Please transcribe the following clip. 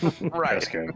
Right